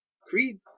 Creed